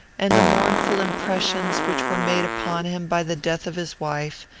and the mournful impressions which were made upon him by the death of his wife,